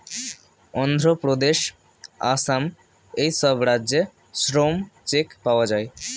অন্ধ্রপ্রদেশ, আসাম এই সব রাজ্যে শ্রম চেক পাওয়া যায়